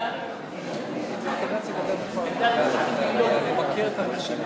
צרכים ביולוגיים.